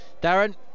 Darren